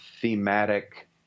thematic